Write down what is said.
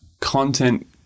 content